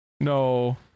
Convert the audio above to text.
No